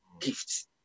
gifts